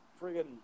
friggin